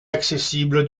accessible